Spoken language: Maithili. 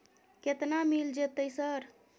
केतना मिल जेतै सर?